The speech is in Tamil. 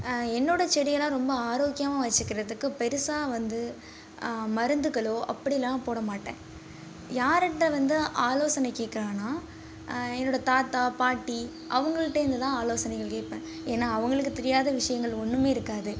என்னோட செடிகெல்லாம் ரொம்ப ஆரோக்கியமாக வச்சுக்கிறதுக்கு பெருசாக வந்து மருந்துகளோ அப்படியெலாம் போட மாட்டேன் யாருகிட்ட வந்து ஆலோசனை கேட்கலானா என்னோட தாத்தா பாட்டி அவங்கள்ட்ட இருந்து தான் ஆலோசனைகள் கேட்பேன் ஏன்னால் அவங்களுக்கு தெரியாத விஷயங்கள் ஒன்றுமே இருக்காது